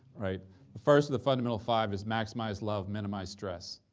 right? the first of the fundamental five is maximize love, minimize stress.